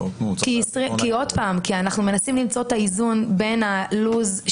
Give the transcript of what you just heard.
אנחנו מנסים למצוא את האיזון בין לוח הזמנים